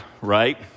right